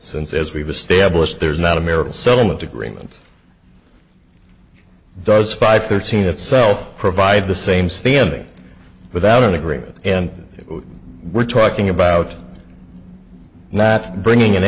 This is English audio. since as we've established there's not a miracle so much agreement does five thirteen itself provide the same standing without an agreement and we're talking about not bringing an